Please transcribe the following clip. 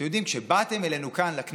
אתם יודעים, כשבאתם אלינו לכאן, לכנסת,